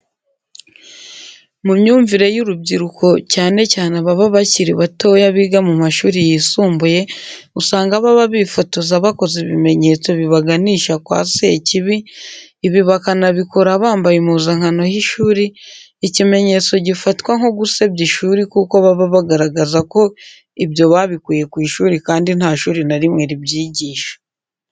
Mu myumvire y'urubyiruko cyane cyane ababa bakiri batoye biga mu mashuri yisumbuye usanga baba bifotoza bakoze ibimenyetso bibaganisha kwa sekibi, ibi bakanabikora bampaye impuzankano y'ishuri, ikimenyetso gifatwa nko gusebya ishuri kuko baba bagaragaza ko ibyo babikuye ku ishuri kandi nta shuri na rimwe ribyigisha.